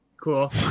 cool